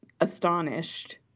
astonished